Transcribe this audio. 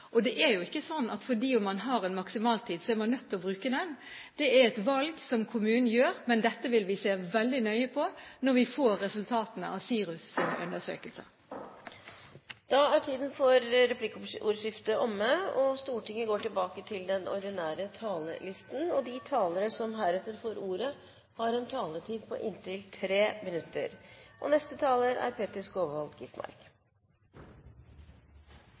maksimaltid. Det er jo ikke slik at selv om man har en maksimaltid, er man nødt til å bruke den. Det er et valg som kommunen gjør. Men dette vil vi se veldig nøye på når vi får resultatene fra SIRUS' undersøkelse. Replikkordskiftet er omme. De talere som heretter får ordet, har en taletid på inntil 3 minutter. Forbudstiden var ingen suksess. Det er